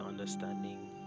understanding